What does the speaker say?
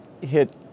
hit